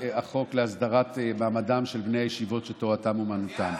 החוק להסדרת מעמדם של בני הישיבות שתורתם אומנותם?